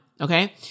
Okay